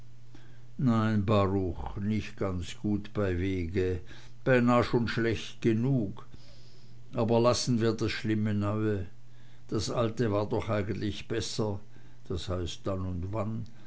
nein baruch nicht ganz gut bei wege beinahe schon schlecht genug aber lassen wir das schlimme neue das alte war doch eigentlich besser das heißt dann und wann